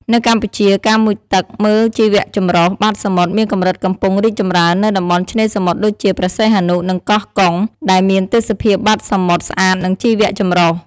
នៅកម្ពុជា ការមុជទឹកមើលជីវៈចម្រុះបាតសមុទ្រមានកម្រិតកំពុងរីកចម្រើននៅតំបន់ឆ្នេរសមុទ្រដូចជា ព្រះសីហនុ និងកោះកុង ដែលមានទេសភាពបាតសមុទ្រ ស្អាត និងជីវៈចម្រុះ។